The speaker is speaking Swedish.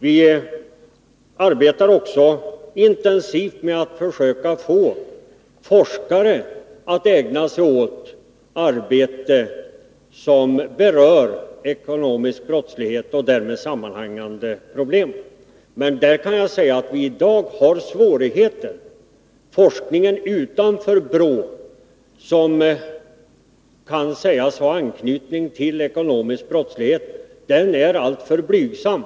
Vi arbetar också intensivt med att försöka få forskare att ägna sig åt arbete som berör ekonomisk brottslighet och därmed sammanhängande problem. Men där har vi i dag svårigheter. Den forskning utanför BRÅ som kan sägas ha anknytning till ekonomisk brottslighet är alltför blygsam.